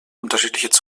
unterschiedliche